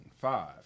five